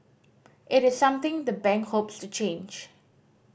it is something the bank hopes to change